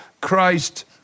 Christ